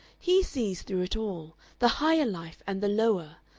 he sees through it all. the higher life and the lower.